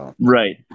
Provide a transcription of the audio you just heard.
Right